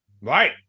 Right